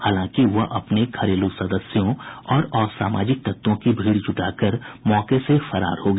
हालांकि वह अपने घरेलू सदस्यों और असामाजिक तत्वों की भीड़ जुटाकर मौके से फरार हो गया